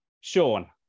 Sean